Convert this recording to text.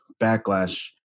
backlash